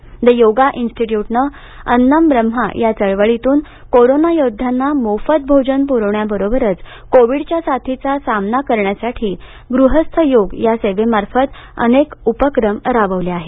the yoga institute नं अन्नम ब्रह्मा या चळवळीतून कोरोना योद्ध्यांना मोफत भोजन पुरविण्याबरोबरच कोविडच्या साथीचा सामना करण्यासाठी गृहस्थयोग या सेवेमार्फत अनेक उपक्रम राबविले आहेत